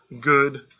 good